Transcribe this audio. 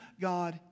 God